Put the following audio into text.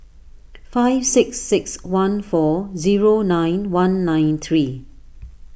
five six six one four zero nine one nine three